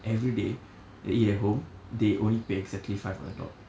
everyday they eat at home they only pay exactly five hundred dollars